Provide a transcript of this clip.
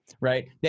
right